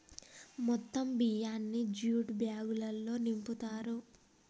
మొత్తం బియ్యాన్ని జ్యూట్ బ్యాగులల్లో నింపుతారు